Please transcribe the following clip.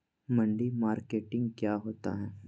मंडी मार्केटिंग क्या होता है?